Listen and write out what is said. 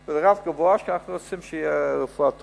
זה רף גבוה כי אנחנו רוצים שתהיה רפואה טובה.